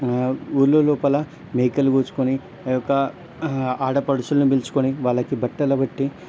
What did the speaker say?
ఊర్లో లోపల మేకలు కోసుకొని ఆ యొక్క ఆడపడుచులును పిల్చుకొని వాళ్ళకి బట్టలు పెట్టి